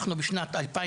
אנחנו בשנת 2022,